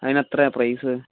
അതിനെത്രയാണ് price